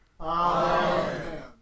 Amen